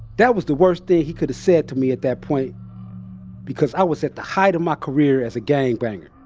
that was the worst thing he could have said to me at that point because i was at the height of my career as a gangbanger